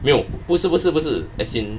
没有不是不是不是 as in